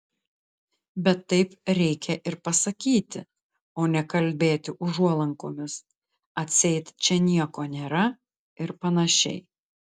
bet taip reikia ir pasakyti o ne kalbėti užuolankomis atseit čia nieko nėra ir panašiai